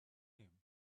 him